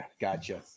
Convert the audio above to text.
gotcha